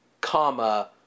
comma